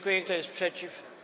Kto jest przeciw?